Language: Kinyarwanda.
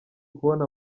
kubona